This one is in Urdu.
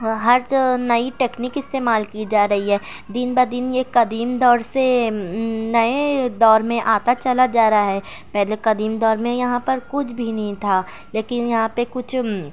ہر نئی ٹیکنک استعمال کی جا رہی ہے دن بہ دن یہ قدیم دور سے نئے دور میں آتا چلا جا رہا ہے پہلے قدیم دور میں یہاں پر کچھ بھی نہیں تھا لیکن یہاں پہ کچھ